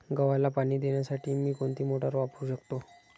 गव्हाला पाणी देण्यासाठी मी कोणती मोटार वापरू शकतो?